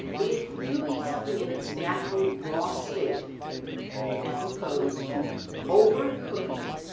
if you eat something in it's natural raw state as opposed to overcooking it,